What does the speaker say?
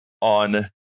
on